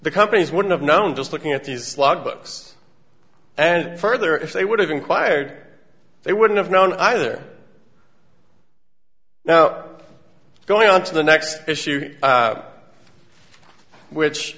e companies wouldn't have known just looking at these log books and further if they would have inquired they wouldn't have known either now going on to the next issue which